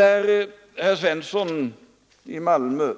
När herr Svensson i Malmö